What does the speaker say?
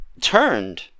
turned